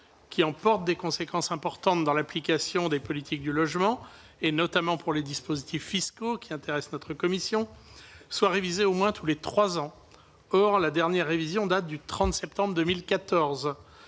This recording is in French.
qui emporte des conséquences importantes dans l'application des politiques du logement, notamment pour les dispositifs fiscaux intéressant notre commission, soit révisé au moins tous les trois ans. Or sa dernière révision date du 30 septembre 2014,